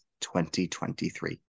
2023